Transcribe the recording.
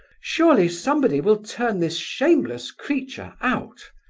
surely somebody will turn this shameless creature out.